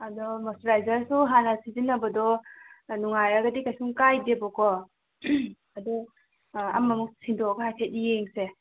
ꯑꯗꯣ ꯃꯣꯏꯆꯨꯔꯥꯏꯖꯔꯁꯨ ꯍꯥꯟꯅ ꯁꯤꯖꯤꯟꯅꯕꯗꯣ ꯑꯥ ꯅꯨꯡꯉꯥꯏꯔꯒꯗꯤ ꯀꯩꯁꯨꯝ ꯀꯥꯏꯗꯦꯕꯀꯣ ꯑꯗꯣ ꯑꯥ ꯑꯃꯃꯨꯛ ꯁꯤꯟꯗꯣꯛꯑꯒ ꯍꯥꯏꯐꯦꯠ ꯌꯦꯡꯁꯦ